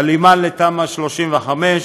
הלימה לתמ"א 35,